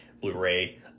Blu-ray